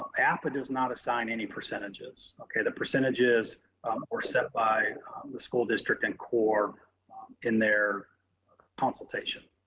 appa does not assign any percentages, okay. the percentages were set by the school district and core in their consultation.